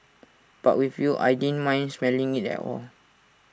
but with you I didn't mind smelling IT at all